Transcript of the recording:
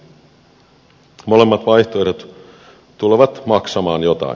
molemmat vaihtoehdot tulevat maksamaan jotain